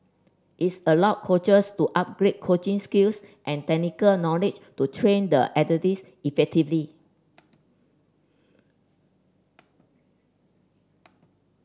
is allow coaches to upgrade coaching skills and technical knowledge to train the athletes effectively